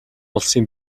улсын